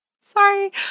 sorry